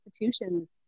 institutions